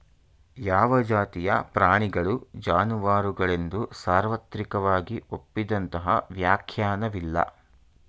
ಯಾವ ಜಾತಿಯ ಪ್ರಾಣಿಗಳು ಜಾನುವಾರುಗಳೆಂದು ಸಾರ್ವತ್ರಿಕವಾಗಿ ಒಪ್ಪಿದಂತಹ ವ್ಯಾಖ್ಯಾನವಿಲ್ಲ